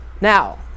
now